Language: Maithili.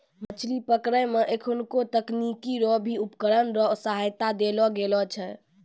मछली पकड़ै मे एखुनको तकनीकी रो भी उपकरण रो सहायता लेलो गेलो छै